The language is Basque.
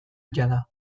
jada